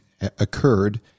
occurred